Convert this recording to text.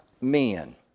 men